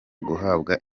guhabwa